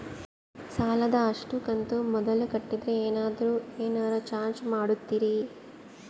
ಸಾಲದ ಅಷ್ಟು ಕಂತು ಮೊದಲ ಕಟ್ಟಿದ್ರ ಏನಾದರೂ ಏನರ ಚಾರ್ಜ್ ಮಾಡುತ್ತೇರಿ?